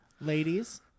ladies